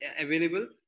available